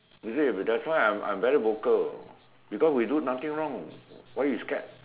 you see that's why I'm I'm very vocal because we do nothing wrong why you scared